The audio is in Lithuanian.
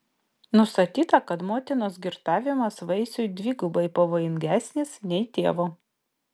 nustatyta kad motinos girtavimas vaisiui dvigubai pavojingesnis nei tėvo